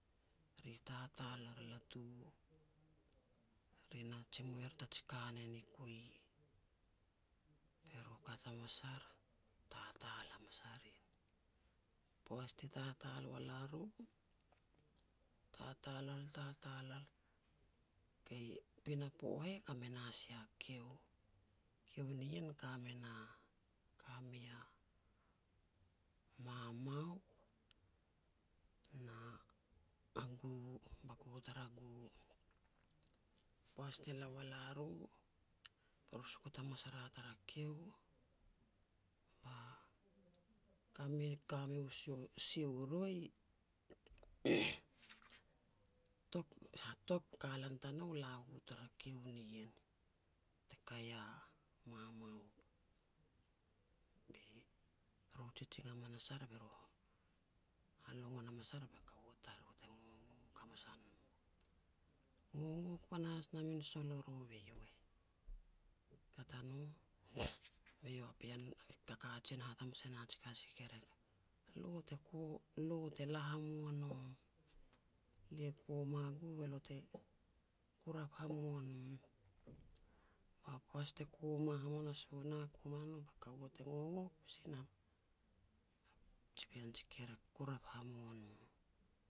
Re tatal ar latu, ri na jimou er ta ji kanen i kui." Be ru kat hamas ar, tatal hamas a rin. Poaj ti tatal wal a ru, tatal al tatal al. Kei, pinapo heh kamena sia kiu, kiu nien ka me na, ka mei a mamaup na a gu, baku tara gu. Poaj ti la wal a ru, be ru sukut hamas ria tara kiu, ba, ka mei-ka mei sia-siau roi tok-hatok, kalan tanou la u tara kiu nien te kai ia mamaup. Be ru jijin hamas ar be ru halongon hamas ar be kaua tariri te ngogok hamas a no. Ngogok panahas na min sol o ru, be iau e kat a no, be iau a pean a kakajen e hat hamas e na ji ka ji kekerek, "Lo te ko lo te la hamua nom. Lia koma gu be lo te kurap hamua nom." Ba poaj te koma hamanas u nah, koma no ba kaua te ngongok pasi nam, ba ji pean ji kekerek kurap hamua no.